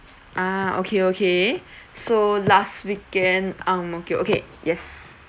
ah okay okay so last weekend ang mo kio okay yes